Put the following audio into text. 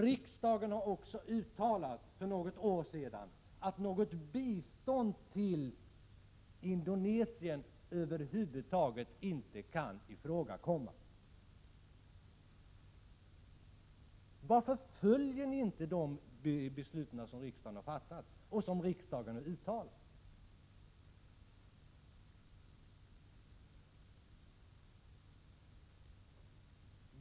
Riksdagen uttalade också för något år sedan att något bistånd till Indonesien över huvud taget inte kan komma i fråga. Varför följer ni inte de beslut som riksdagen har fattat och de uttalanden som riksdagen har gjort?